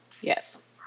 Yes